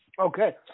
Okay